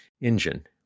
engine